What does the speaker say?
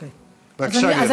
בבקשה, גברתי.